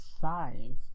five